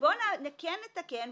בוא נתקן,